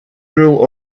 rule